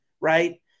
right